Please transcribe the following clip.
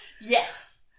yes